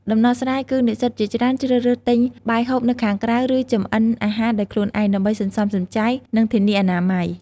ដំណោះស្រាយគឺនិស្សិតជាច្រើនជ្រើសរើសទិញបាយហូបនៅខាងក្រៅ ឬចម្អិនអាហារដោយខ្លួនឯងដើម្បីសន្សំសំចៃ និងធានាអនាម័យ។